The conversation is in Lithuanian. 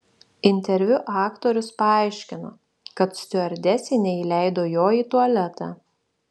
interviu aktorius paaiškino kad stiuardesė neįleido jo į tualetą